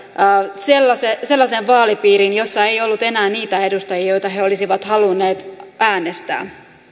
sellaiseen sellaiseen vaalipiiriin jossa ei ollut enää niitä edustajia joita he olisivat halunneet äänestää